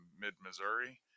mid-Missouri